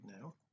now